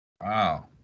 Wow